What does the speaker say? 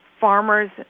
farmers